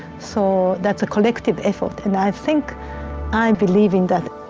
so that's a collective effort. and i think i believe in that.